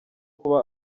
kuba